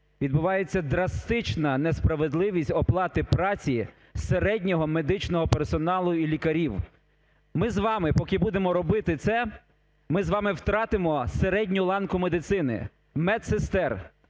відбувається драстична несправедливість оплати праці середнього медичного персоналу і лікарів. Ми з вами поки будемо робити це, ми з вами втратимо середню ланку медицини, медсестер,